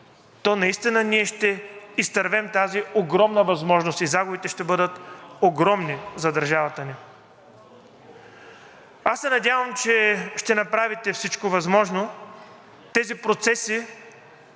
то наистина ще изтървем тази огромна възможност и загубите ще бъдат огромни за държавата ни. Аз се надявам, че ще направите всичко възможно тези процеси